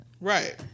Right